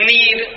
need